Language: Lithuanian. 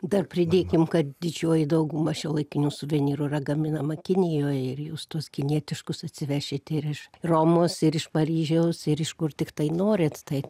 dar pridėkim kad didžioji dauguma šiuolaikinių suvenyrų yra gaminama kinijoje ir jūs tuos kinietiškus atsivešit ir iš romos ir iš paryžiaus ir iš kur tiktai norit tai